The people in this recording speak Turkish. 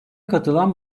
katılan